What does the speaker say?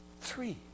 Three